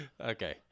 Okay